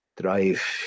drive